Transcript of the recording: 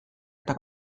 eta